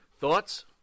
thoughts